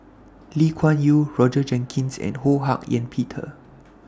Lee Kuan Yew Roger Jenkins and Ho Hak Ean Peter